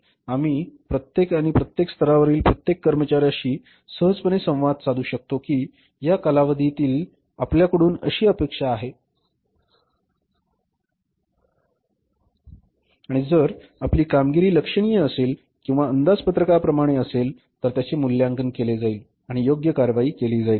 आम्ही टणकातील प्रत्येक आणि प्रत्येक स्तरावरील प्रत्येक कर्मचार्यांशी सहजपणे संवाद साधू शकतो की या कालावधीत आपल्याकडून अशी अपेक्षा आहे आणि जर आपली कामगिरी लक्षणीय असेल किंवा अंदाजपत्रकाप्रमाणे नसेल तर त्याचे मूल्यांकन केले जाईल आणि योग्य कारवाई केली जाईल